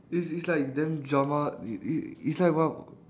is is like damn drama i~ i~ is like what